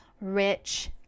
rich